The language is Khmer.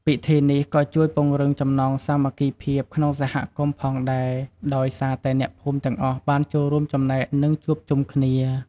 ពិធីនេះក៏ជួយពង្រឹងចំណងសាមគ្គីភាពក្នុងសហគមន៍ផងដែរ ដោយសារតែអ្នកភូមិទាំងអស់បានចូលរួមចំណែក និងជួបជុំគ្នា។